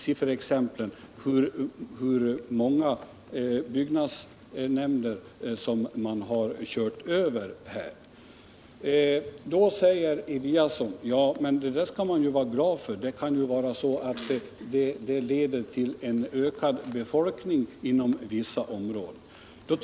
Sifferexemplen visar ju hur många byggnadsnämnder som regeringen har kört över. Då säger Björn Eliasson: Det skall vi vara glada för — det kan leda till ökning av befolkningen inom vissa områden.